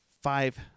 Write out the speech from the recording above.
five